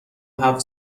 هفت